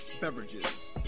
beverages